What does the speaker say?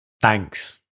Thanks